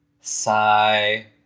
sigh